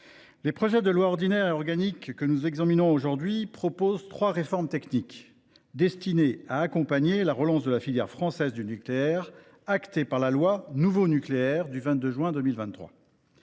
les projets de loi ordinaire et organique que nous examinons aujourd’hui procèdent à trois réformes techniques, destinées à accompagner la relance de la filière française du nucléaire, actée par la loi du 22 juin 2023,